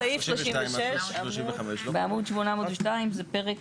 סעיף 36. בעמוד 802 זה פרק?